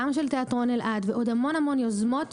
גם של תיאטרון אלעד ועוד המון-המון יוזמות